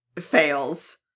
fails